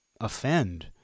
offend